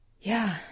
Yeah